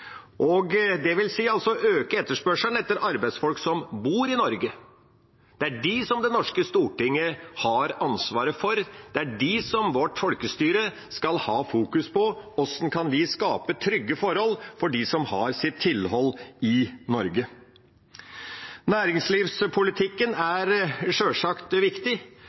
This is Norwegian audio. øke etterspørselen etter arbeidsfolk som bor i Norge. Det er dem det norske storting har ansvaret for, det er dem vårt folkestyre skal fokusere på, – hvordan vi kan skape trygge forhold for dem som har sitt tilhold i Norge. Næringslivspolitikken er sjølsagt viktig,